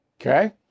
Okay